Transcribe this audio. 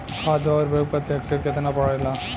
खाध व उर्वरक प्रति हेक्टेयर केतना पड़ेला?